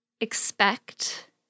Expect